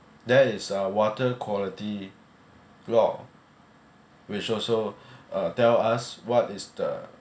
there is a water quality blog which also uh tell us what is the